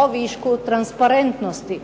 o višku transparentnosti.